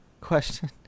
question